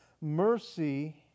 mercy